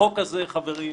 החוק הזה, חברים,